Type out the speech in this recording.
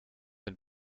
hun